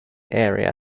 area